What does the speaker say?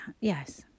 yes